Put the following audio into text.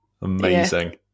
Amazing